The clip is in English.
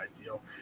ideal